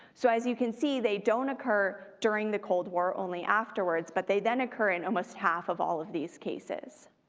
so as you can see, they don't occur during the cold war, only afterwards, but they then occur in almost half of all of these cases.